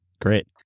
great